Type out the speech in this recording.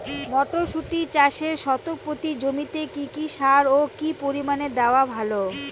মটরশুটি চাষে শতক প্রতি জমিতে কী কী সার ও কী পরিমাণে দেওয়া ভালো?